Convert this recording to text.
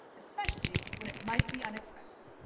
especially when it might be unexpected.